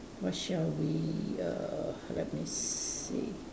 what shall we err let me see